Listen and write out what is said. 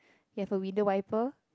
you have a window wiper